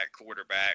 quarterback